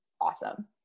awesome